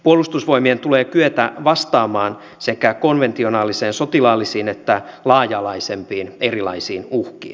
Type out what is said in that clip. puolustusvoimien tulee kyetä vastaamaan sekä konventionaalisiin sotilaallisiin että laaja alaisempiin erilaisiin uhkiin